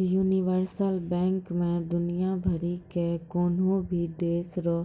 universal bank मे दुनियाँ भरि के कोन्हो भी देश रो